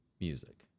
music